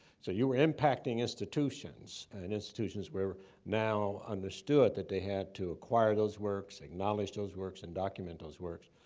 so you were impacting institutions, and institutions were now understood that they had to acquire those works, acknowledge those works, and document those works.